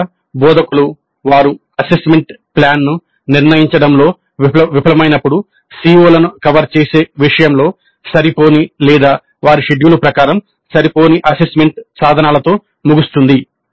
తరచుగా బోధకులు వారు అసెస్మెంట్ ప్లాన్ను నిర్ణయించడంలో విఫలమైనప్పుడు CO లను కవర్ చేసే విషయంలో సరిపోని లేదా వారి షెడ్యూల్ ప్రకారం సరిపోని అసెస్మెంట్ సాధనాలతో ముగుస్తుంది